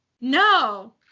No